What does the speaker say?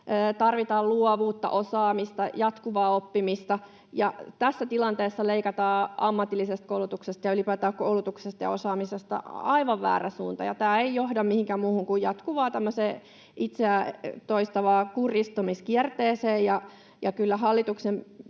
tarvitaan luovuutta, osaamista, jatkuvaa oppimista, ja tässä tilanteessa se, että leikataan ammatillisesta koulutuksesta ja ylipäätään koulutuksesta ja osaamisesta, on aivan väärä suunta. Tämä ei johda mihinkään muuhun kuin tämmöiseen jatkuvaan itseään toistavaan kurjistumiskierteeseen.